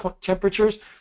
temperatures